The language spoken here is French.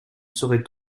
saurais